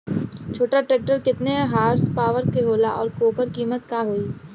छोटा ट्रेक्टर केतने हॉर्सपावर के होला और ओकर कीमत का होई?